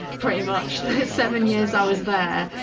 pretty much, the seven years i was there.